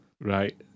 right